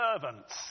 servants